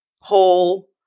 whole